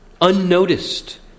unnoticed